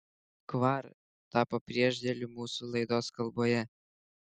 kvar tapo priešdėliu mūsų laidos kalboje